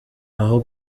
aho